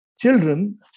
children